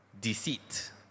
deceit